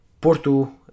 Porto